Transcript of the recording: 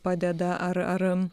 padeda ar ar